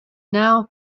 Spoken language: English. now